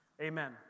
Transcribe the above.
Amen